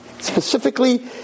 Specifically